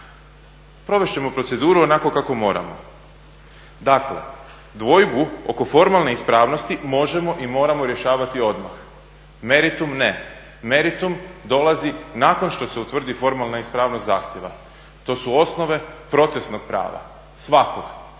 provest ćemo proceduru onako kako moramo. Dakle, dvojbu oko formalne ispravnosti možemo i moramo rješavati odmah, meritum ne, meritum dolazi nakon što se utvrdi formalna ispravnost zahtjeva. To su osnove procesnog prava svakog